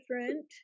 different